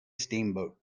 steamboat